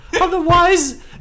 Otherwise